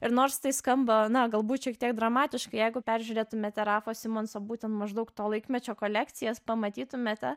ir nors tai skamba na galbūt šiek tiek dramatiškai jeigu peržiūrėtumėte rafo simonso būten maždaug to laikmečio kolekcijas pamatytumėte